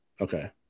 Okay